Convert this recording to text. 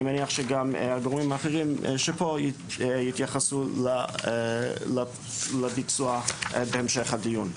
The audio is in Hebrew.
אני מניח שגם הגורמים האחרים שפה יתייחסו לביצוע בהמשך הדיון.